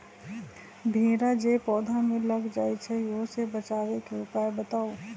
भेरा जे पौधा में लग जाइछई ओ से बचाबे के उपाय बताऊँ?